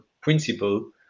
principle